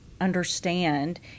understand